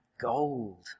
gold